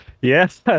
Yes